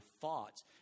thoughts